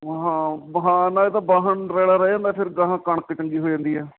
ਹਾਂ ਵਾਹਣ ਇਹ ਤਾਂ ਵਾਹਣ ਰੈਲਾ ਰਹਿ ਜਾਂਦਾ ਫਿਰ ਗਾਹਾਂ ਕਣਕ ਚੰਗੀ ਹੋ ਜਾਂਦੀ ਆ